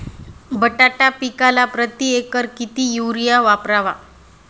बटाटा पिकाला प्रती एकर किती युरिया वापरावा?